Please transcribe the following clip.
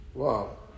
wow